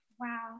wow